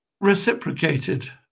reciprocated